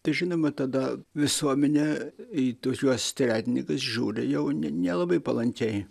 tai žinoma tada visuomenė į tokiuos tretininkus žiūri jau ne nelabai palankiai